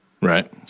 Right